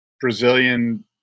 Brazilian